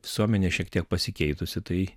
visuomenė šiek tiek pasikeitusi tai